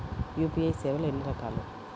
UPI సేవలు ఎన్నిరకాలు?